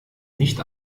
nicht